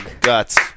Guts